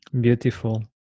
Beautiful